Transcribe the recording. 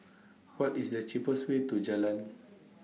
What IS The cheapest Way to Jalan